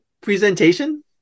presentation